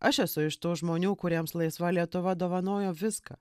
aš esu iš tų žmonių kuriems laisva lietuva dovanojo viską